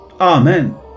Amen